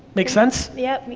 make sense? yeah, i mean